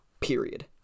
period